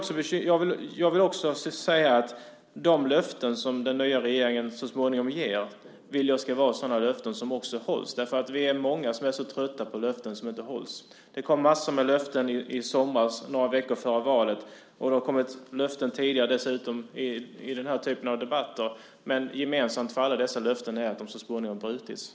Sedan vill jag att de löften som den nya regeringen så småningom ger ska vara sådana löften som också hålls. Vi är många som är trötta på löften som inte hålls. Det kom massor med löften i somras, några veckor före valet, och det har dessutom kommit löften tidigare i den här typen av debatter. Gemensamt för alla dessa löften är dock att de så småningom brutits.